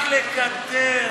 רק לקטר.